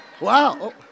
Wow